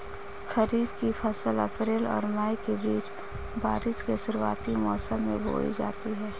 खरीफ़ की फ़सल अप्रैल और मई के बीच, बारिश के शुरुआती मौसम में बोई जाती हैं